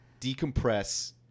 decompress